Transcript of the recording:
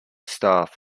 staff